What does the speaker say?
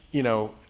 you know,